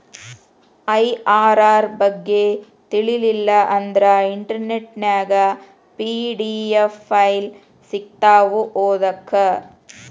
IRR ಬಗ್ಗೆ ತಿಳಿಲಿಲ್ಲಾ ಅಂದ್ರ ಇಂಟರ್ನೆಟ್ ನ್ಯಾಗ ಪಿ.ಡಿ.ಎಫ್ ಫೈಲ್ ಸಿಕ್ತಾವು ಓದಾಕ್